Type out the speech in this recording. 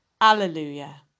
Alleluia